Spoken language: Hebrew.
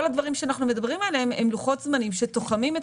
כל הדברים שאנחנו מדברים עליהם הם לוחות זמנים שתוחמים את